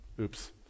Oops